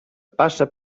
passa